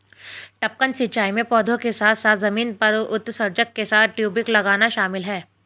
टपकन सिंचाई में पौधों के साथ साथ जमीन पर उत्सर्जक के साथ टयूबिंग लगाना शामिल है